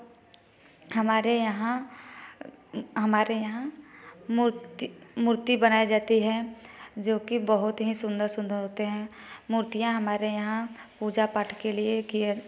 हमारे यहाँ हमारे यहाँ मूर्ति मूर्ति बनाई जाती है जो कि बहुत ही सुंदर सुंदर होते हैं मूर्तियाँ हमारे यहाँ पूजा पाठ के लिए कियर